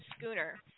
schooner